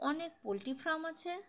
অনেক poultry farm আছে